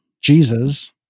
Jesus